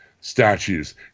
statues